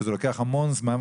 שזה לוקח המון זמן,